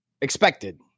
expected